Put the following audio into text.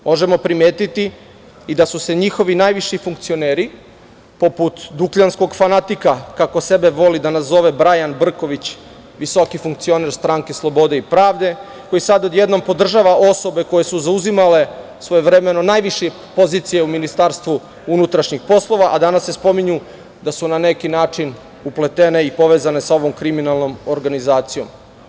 Možemo primetiti i da su se njihovi najviši funkcioneri, poput Dukljanskog fanatika, kako sebe voli da nazove Brajan Brković, visoki funkcioner SSP, koji sada odjednom podržava osobe koje su zauzimale svojevremeno najviše pozicije u MUP-a, a danas se spominju da su na neki način upletene i povezane sa ovom kriminalnim organizacijom.